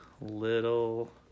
Little